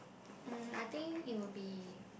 mm I think it will be